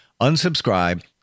unsubscribe